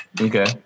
Okay